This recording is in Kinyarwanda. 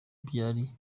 byari